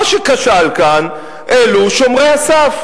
מה שכשל כאן אלה שומרי הסף.